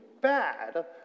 bad